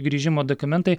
grįžimo dokumentai